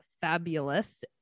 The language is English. fabulous